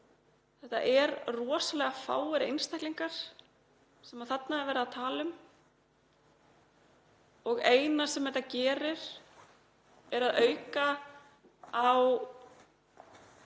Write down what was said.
þetta eru rosalega fáir einstaklingar sem þarna er verið að tala um. Það eina sem þetta gerir er að auka á,